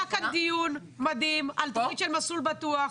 היה כאן דיון מדהים על תוכנית של מסלול בטוח,